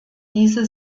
diese